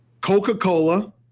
Coca-Cola